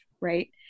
right